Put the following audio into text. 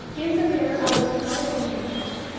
in the mirror i looked white and anxious,